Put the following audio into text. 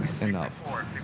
enough